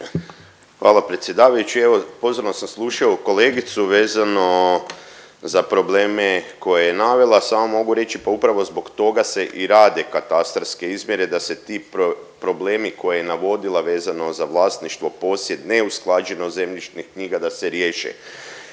Hvala predsjedavajući, evo pozorno sam slušao kolegicu vezano za probleme koje je navela, samo mogu reći pa upravo zbog toga se i rade katastarske izmjere da se ti problemi koje je navodila vezano za vlasništvo, posjed, neusklađenost zemljišnih knjiga, da se riješe